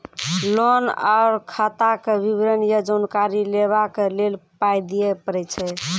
Loan आर खाताक विवरण या जानकारी लेबाक लेल पाय दिये पड़ै छै?